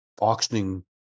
auctioning